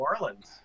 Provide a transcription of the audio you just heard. Orleans